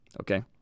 okay